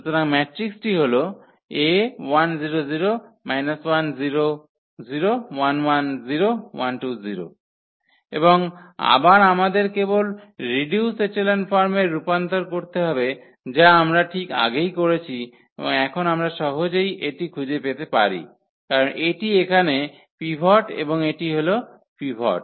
সুতরাং ম্যাট্রিক্সটি হল এবং আবার আমাদের কেবল রিডিউসড এচেলন ফর্মে রূপান্তর করতে হবে যা আমরা ঠিক আগেই করেছি এবং এখন আমরা সহজেই এটি খুঁজে পেতে পারি কারণ এটি এখানে এটি পিভট এবং এটি হল পিভট